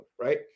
right